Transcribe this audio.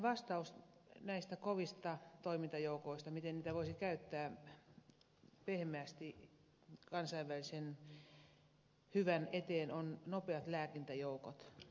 vastaus siihen miten näitä kovia toimintajoukkoja voisi käyttää pehmeästi kansainvälisen hyvän eteen on nopeat lääkintäjoukot